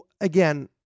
Again